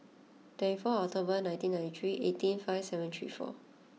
twenty four October nineteen ninety three eighteen five seven three four